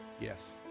Yes